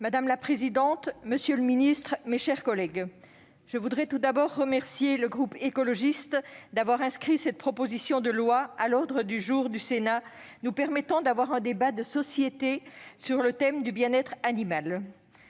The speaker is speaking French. Madame la présidente, monsieur le ministre, mes chers collègues, je veux tout d'abord remercier le groupe Écologiste - Solidarité et Territoires d'avoir inscrit cette proposition de loi à l'ordre du jour du Sénat, nous permettant d'avoir un débat de société sur le thème du bien-être animal.